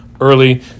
early